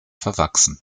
verwachsen